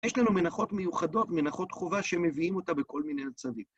יש לנו מנחות מיוחדות, מנחות חובה, שמביאים אותם בכל מיני מצבים.